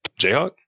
Jayhawk